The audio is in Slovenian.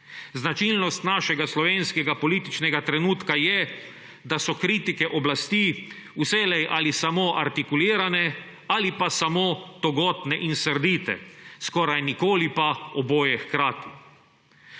Značilnost našega slovenskega političnega trenutka je, da so kritike oblasti vselej ali samo artikulirane ali pa samo togotne in srdite, skoraj nikoli pa oboje hkrati.